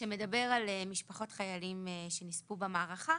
שמדבר על משפחות חיילים שנספו במערכה,